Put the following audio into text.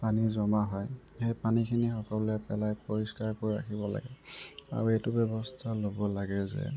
পানী জমা হয় সেই পানীখিনি সকলোৱে পেলাই পৰিষ্কাৰ কৰি ৰাখিব লাগে আৰু এইটো ব্যৱস্থা ল'ব লাগে যে